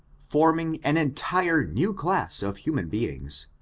forming an entire new class of human beings,